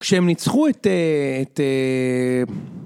כשהם ניצחו את...